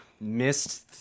missed